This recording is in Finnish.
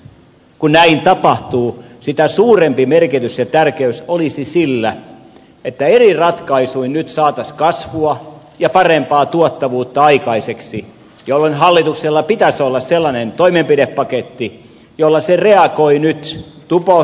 kun näin tapahtuu sitä suurempi merkitys ja tärkeys olisi sillä että eri ratkaisuin nyt saataisiin kasvua ja parempaa tuottavuutta aikaiseksi jolloin hallituksella pitäisi olla sellainen toimenpidepaketti jolla se reagoi nyt tupo raamisopimuksen huomioon ottaen